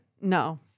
No